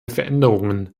veränderungen